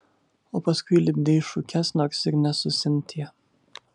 o paskui lipdei šukes nors ir ne su sintija